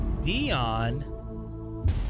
Dion